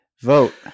vote